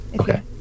Okay